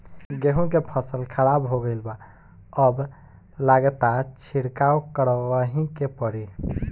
गेंहू के फसल खराब हो गईल बा अब लागता छिड़काव करावही के पड़ी